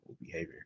behavior